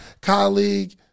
colleague